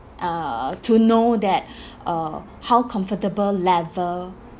uh to know that uh how comfortable level